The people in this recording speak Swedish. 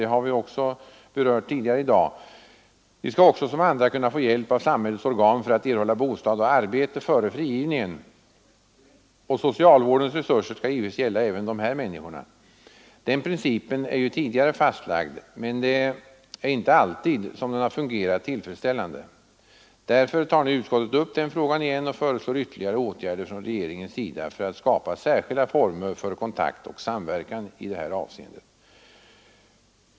Det har berörts tidigare i dag. De skall också som andra kunna få hjälp av samhällets organ för att erhålla bostad och arbete före frigivningen, och socialvårdens resurser skall givetvis gälla även de här människorna. Den principen är ju tidigare fastlagd, men det är inte alltid som den har fungerat tillfredsställande. Därför tar nu utskottet upp den frågan igen och föreslår ytterligare åtgärder från regeringens sida för att skapa särskilda former för kontakt och samverkan i detta avseende.